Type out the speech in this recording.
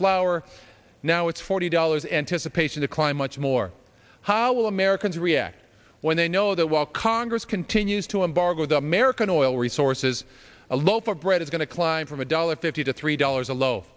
flour now it's forty dollars anticipation to climb much more how will americans react when they know that while congress continues to embargoed american oil resources a loaf of bread is going to climb from a dollar fifty to three dollars a low